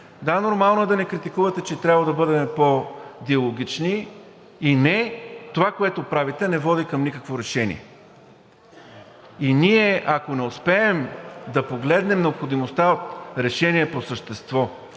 да, нормално е да ни критикувате, че е трябвало да бъдем по-диалогични, и не – това, което правите, не води към никакво решение. И ако ние не успеем да погледнем необходимостта от решение по същество,